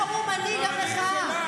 למה הוא מנהיג המחאה?